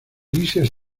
grises